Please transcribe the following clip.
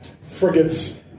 frigates